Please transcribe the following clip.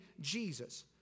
Jesus